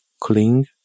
cling